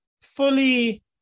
fully